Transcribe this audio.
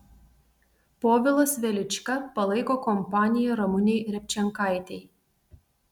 povilas velička palaiko kompaniją ramunei repčenkaitei